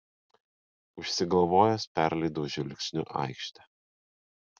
užsigalvojęs perleidau žvilgsniu aikštę